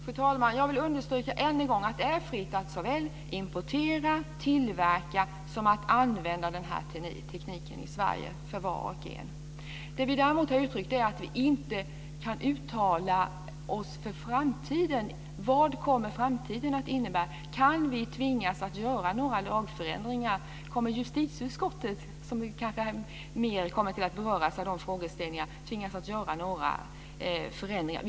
Fru talman! Än en gång vill jag understryka att det är fritt för var och en i Sverige såväl att importera och tillverka som att använda den här tekniken. Vad vi däremot har uttryckt är att vi inte kan uttala oss för framtiden, för vad framtiden kommer att innebära. Kan vi tvingas göra lagändringar? Kommer justitieutskottet, som kanske mer kommer att beröras av dessa frågeställningar, att tvingas till förändringar?